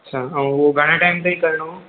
अच्छा ऐं उहो घणे टाइम ताईं करणो आहे